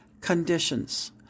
conditions